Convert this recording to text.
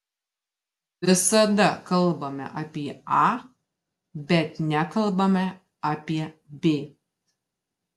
visada kalbame apie a bet nekalbame apie b